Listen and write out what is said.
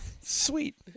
Sweet